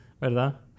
¿verdad